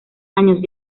años